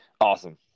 Awesome